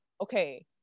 okay